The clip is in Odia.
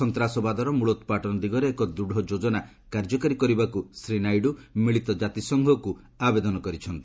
ସନ୍ତାସବାଦର ମୂଳୋତ୍ପାଟନ ଦିଗରେ ଏକ ଦୂଢ଼ ଯୋଜନା କାର୍ଯ୍ୟକାରୀ କରିବାକୁ ଶ୍ରୀ ନାଇଡୁ ମିଳିତ ଜାତିସଂଘକୁ ଆବେଦନ କରିଛନ୍ତି